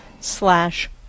slash